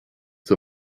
zur